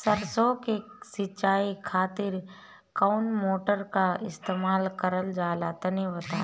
सरसो के सिंचाई खातिर कौन मोटर का इस्तेमाल करल जाला तनि बताई?